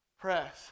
press